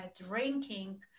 drinking